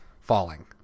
Falling